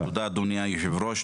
תודה, אדוני היושב-ראש.